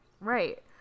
Right